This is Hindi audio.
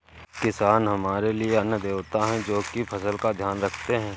किसान हमारे लिए अन्न देवता है, जो की फसल का ध्यान रखते है